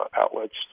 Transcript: outlets